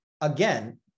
again